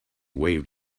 waved